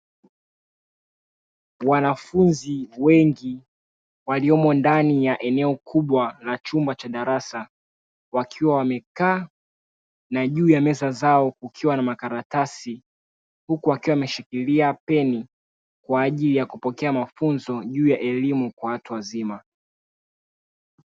Wanafunzi wengi waliomo ndani ya eneo kubwa la chumba cha darasa wakiwa wamekaa na juu ya meza zao kukiwa na makaratasi huku wameshirikia peni wakipokea mafunzo juu ya elimu ya watu wazima.